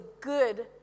good